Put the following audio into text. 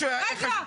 אין להם סמכויות,